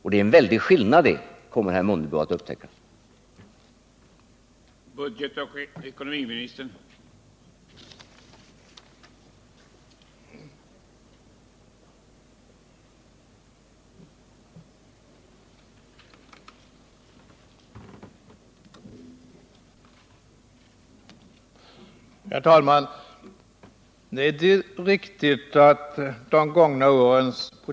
Herr ”Aundebo kommer att upptäcka att det innebär en väldig skillnad.